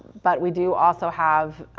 but we do also have